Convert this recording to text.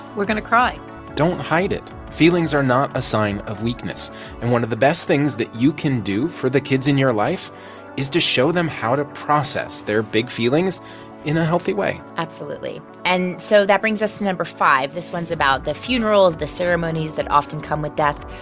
we're going to cry don't hide it. feelings are not a sign of weakness. and one of the best things that you can do for the kids in your life is to show them how to process their big feelings in a healthy absolutely. and so that brings us to number five. this one's about the funerals, the ceremonies that often come with death.